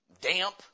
damp